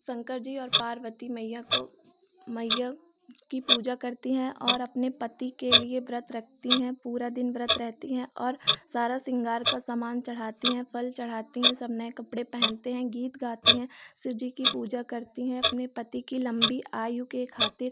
शंकर जी और पार्वती मैया को मैया की पूजा करती हैं और अपने पति के लिए व्रत रखती हैं पूरा दिन व्रत रहती हैं और सारा श्रृंगार का सामान चढ़ाती हैं फल चढ़ाती हैं सब नए कपड़े पहनते हैं गीत गाती हैं शिव जी की पूजा करती हैं अपने पति की लम्बी आयु के खातिर